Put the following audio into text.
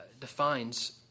defines